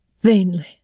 vainly